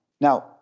Now